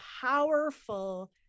powerful